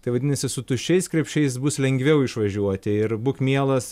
tai vadinasi su tuščiais krepšiais bus lengviau išvažiuoti ir būk mielas